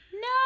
No